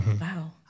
Wow